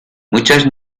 muchas